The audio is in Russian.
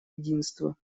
единства